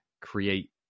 create